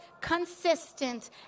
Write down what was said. consistent